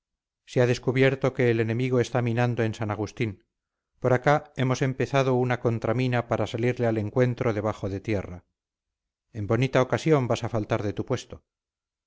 se ha descubierto que el enemigo está minando en san agustín por acá hemos empezado una contramina para salirle al encuentro debajo de tierra en bonita ocasión vas a faltar de tu puesto